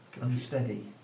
unsteady